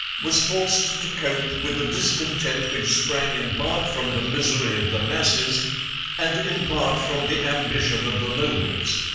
was forced to cope with a discontent which sprang in part from the misery of the masses and in part from the ambition of the nobles.